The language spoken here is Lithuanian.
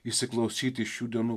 įsiklausyt į šių dienų